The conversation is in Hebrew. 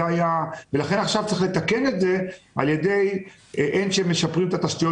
ועכשיו צריך לתקן את זה על ידי שיפור התשתיות